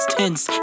tense